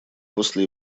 после